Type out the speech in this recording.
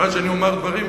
ייתכן שאני אומר דברים,